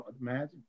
imagine